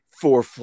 four